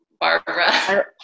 barbara